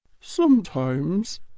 Sometimes